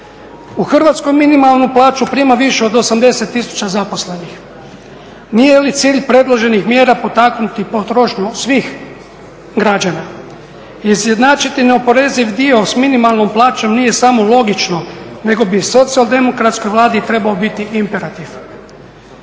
U Hrvatskoj minimalnu plaću prima više od 80 tisuća zaposlenih, nije li cilj predloženih mjera potaknuti potrošnju svih građana? Izjednačiti neoporeziv dio s minimalnom plaćom nije samo logično nego bi socijaldemokratskoj Vladi trebao biti imperativ.